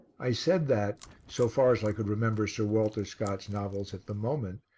i said that, so far as i could remember sir walter scott's novels at the moment,